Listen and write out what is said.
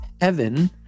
heaven